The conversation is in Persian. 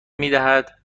میدهد